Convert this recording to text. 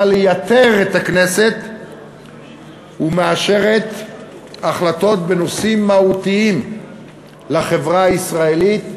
לייתר את הכנסת ומאשרת החלטות בנושאים מהותיים לחברה הישראלית,